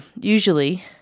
usually